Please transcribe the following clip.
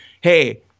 hey